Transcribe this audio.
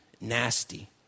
nasty